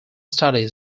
studies